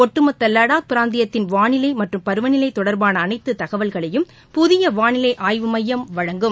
ஒட்டுமொத்த லடாக் பிராந்தியத்தின் வாளிலை மற்றும் பருவநிலை தொடர்பான அனைத்து தகவல்களையும் புதிய வானிலை ஆய்வு மையம் வழங்கும்